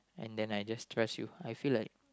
and then I just trust you I feel like